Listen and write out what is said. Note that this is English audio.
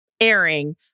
airing